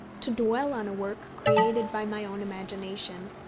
to dwell on a work created by my own imagination,